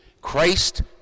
Christ